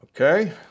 Okay